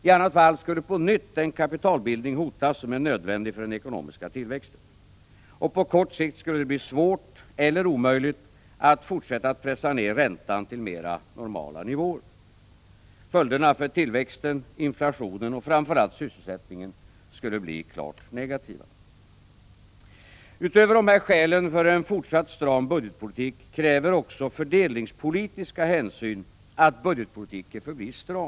I annat fall skulle på nytt den kapitalbildning hotas som är nödvändig för den ekonomiska tillväxten. Och på kort sikt skulle det bli svårt eller omöjligt att fortsätta att pressa ner räntan till mera normala nivåer. Följderna för tillväxten, inflationen och framför allt sysselsättningen skulle bli klart negativa. Utöver dessa skäl för en fortsatt stram budgetpolitik kräver även fördelningshänsyn att budgetpolitiken förblir stram.